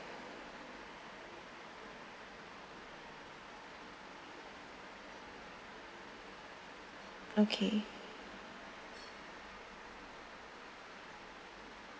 okay